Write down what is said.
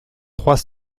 trois